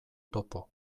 topo